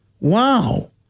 Wow